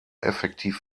effektiv